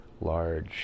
large